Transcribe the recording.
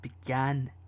began